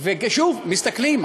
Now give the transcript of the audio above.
ושוב כשמסתכלים,